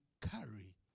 carry